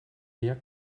der